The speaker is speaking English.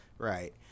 Right